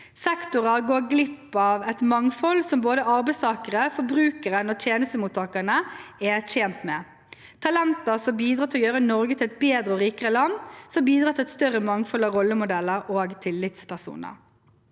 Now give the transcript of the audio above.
Sektorer går glipp av et mangfold som både arbeidstakerne, forbrukerne og tjenestemottakerne er tjent med – talenter som bidrar til å gjøre Norge til et bedre og rikere land, som bidrar til et større mangfold av rollemodeller og tillitspersoner.